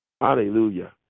Hallelujah